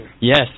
Yes